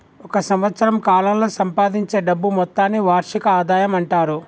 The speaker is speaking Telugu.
ఒక సంవత్సరం కాలంలో సంపాదించే డబ్బు మొత్తాన్ని వార్షిక ఆదాయం అంటారు